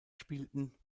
spielten